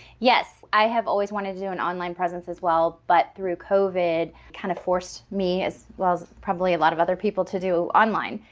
yes i have always wanted to do an online presence as well but through covid kind of forced me as well as probably a lot of other people to do online.